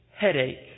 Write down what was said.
headache